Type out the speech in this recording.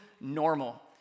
Normal